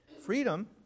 freedom